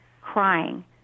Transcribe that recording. crying